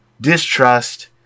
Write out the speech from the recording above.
distrust